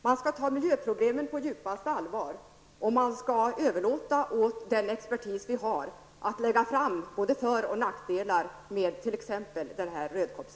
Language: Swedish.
Man skall ta dem på djupaste allvar och överlåta åt den expertis vi har att lägga fram både för och nackdelar med exempelvis